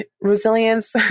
resilience